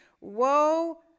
Woe